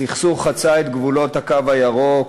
הסכסוך חצה את גבולות הקו הירוק,